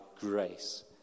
grace